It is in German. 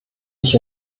ich